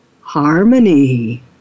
Harmony